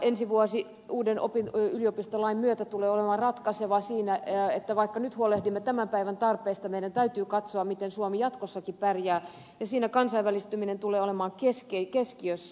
ensi vuosi uuden yliopistolain myötä tulee olemaan ratkaiseva siinä että vaikka nyt huolehdimme tämän päivän tarpeista meidän täytyy katsoa miten suomi jatkossakin pärjää ja siinä kansainvälistyminen tulee olemaan keskiössä